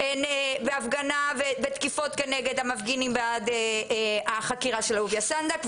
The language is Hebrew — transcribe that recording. והפגנה ותקיפות כנגד המפגינים בעד החקירה של אהוביה סנדק,